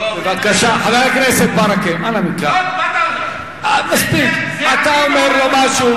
גם אתה אמרת את הדברים